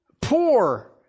Poor